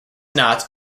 knots